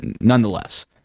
nonetheless